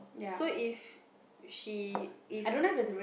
so if she if